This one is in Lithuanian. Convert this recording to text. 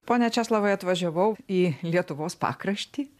pone česlovai atvažiavau į lietuvos pakraštį